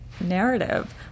narrative